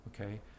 okay